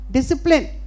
Discipline